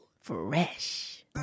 Fresh